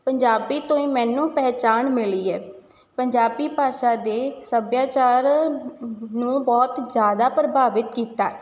ਪੰਜਾਬੀ ਤੋਂ ਹੀ ਮੈਨੂੰ ਪਹਿਚਾਣ ਮਿਲੀ ਹੈ ਪੰਜਾਬੀ ਭਾਸ਼ਾ ਦੇ ਸੱਭਿਆਚਾਰ ਨੂੰ ਬਹੁਤ ਜ਼ਿਆਦਾ ਪ੍ਰਭਾਵਿਤ ਕੀਤਾ